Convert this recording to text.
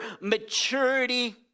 maturity